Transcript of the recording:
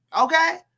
Okay